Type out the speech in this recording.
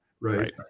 Right